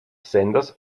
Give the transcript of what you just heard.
senders